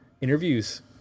interviews